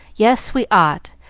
yes, we ought,